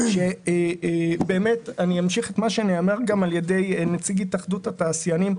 אני אמשיך את מה שנאמר על ידי נציג התאחדות התעשיינים.